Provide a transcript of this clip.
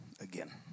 again